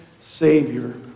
Savior